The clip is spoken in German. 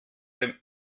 dem